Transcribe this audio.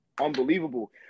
unbelievable